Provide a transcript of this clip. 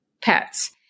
pets